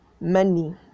money